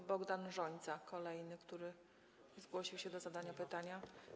Pan poseł Bogdan Rzońca - kolejny, który zgłosił się do zadania pytania.